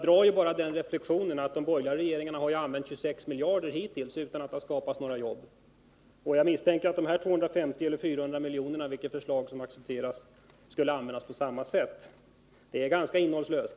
De borgerliga regeringarna har ju hittills använt 26 miljarder utan att det har skapats några jobb! Jag misstänker att de här 250 eller 400 miljonerna — vilket förslag som nu accepteras — skulle användas på samma sätt. Det är ganska innehållslöst.